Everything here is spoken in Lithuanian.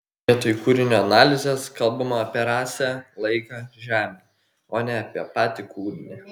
vietoj kūrinio analizės kalbama apie rasę laiką žemę o ne apie patį kūrinį